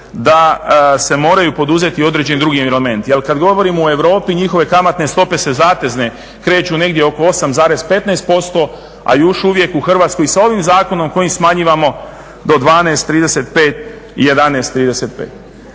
se moraju poduzeti određeni drugi elementi. Ali, kad govorimo o Europi, njihove kamatne zatezne stope se kreću negdje oko 8,15% a još uvijek u Hrvatskoj s ovim zakonom koji smanjujemo do 12,35 i 11,35.